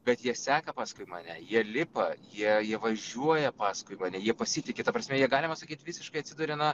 bet jie seka paskui mane jie lipa jie jie važiuoja paskui mane jie pasitiki ta prasme jie galima sakyt visiškai atsiduria na